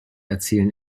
erzielen